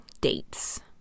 dates